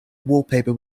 wallpaper